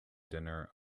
dinner